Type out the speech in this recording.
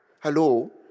Hello